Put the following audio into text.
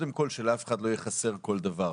שלאף אחד לא יהיה חסר דבר.